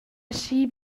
aschi